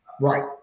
Right